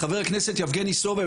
חבר הכנסת יבגני סובה,